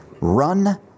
run